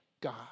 God